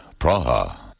Praha